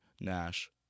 Nash